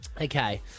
Okay